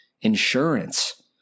insurance